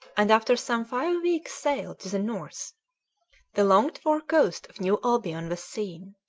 and after some five weeks' sail to the north the longed-for coast of new albion was seen.